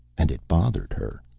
and it bothered her.